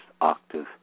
octave